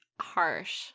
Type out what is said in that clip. harsh